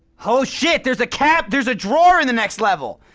ho shit, there's a cab there's a drawer in the next level!